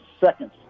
seconds